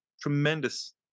tremendous